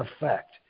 effect